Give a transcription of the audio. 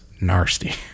nasty